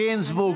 גינזבורג,